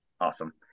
Awesome